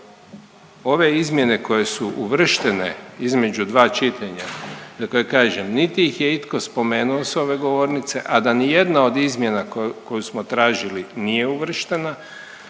da ove izmjene koje su uvrštene između dva čitanja za koja kažem niti ih je itko spomenuo s ove govornice, a da ni jedna od izmjena koju smo tražili nije uvrštena,